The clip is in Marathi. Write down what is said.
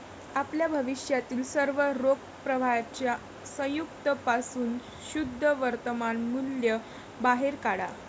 आपल्या भविष्यातील सर्व रोख प्रवाहांच्या संयुक्त पासून शुद्ध वर्तमान मूल्य बाहेर काढा